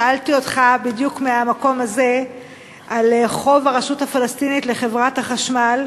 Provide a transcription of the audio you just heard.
שאלתי אותך בדיוק מהמקום הזה על חוב הרשות הפלסטינית לחברת החשמל,